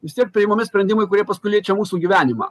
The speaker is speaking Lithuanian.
vis tiek priimami sprendimai kurie paskui liečia mūsų gyvenimą